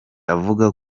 avuga